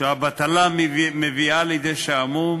שהבטלה מביאה לידי שעמום